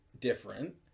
different